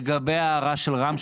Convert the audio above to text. לגבי ההערה של רם,